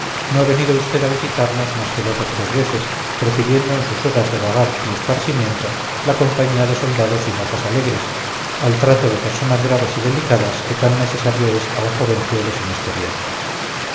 no ha venido usted a visitarnos más que dos o tres veces prefiriendo en sus horas de vagar y esparcimiento la compañía de soldados y mozas alegres al trato de personas graves y delicadas que tan necesario es a un jovenzuelo sin experiencia